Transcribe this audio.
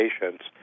patients